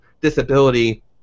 disability